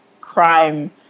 crime